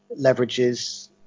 leverages